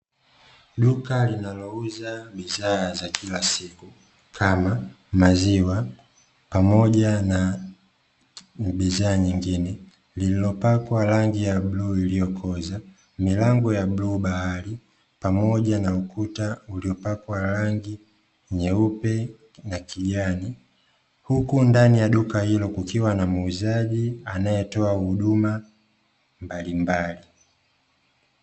Duka linalouza bidhaa za kila siku kama maziwa pamoja na bidhaa nyingine, lililopakwa rangi ya bluu iliyokoza milango ya bluu bahari pamoja na kuta nyeupe na kijani huku ndani ya duka hilo kukiwa na muuzaji anaetoa huduma mbalimbali.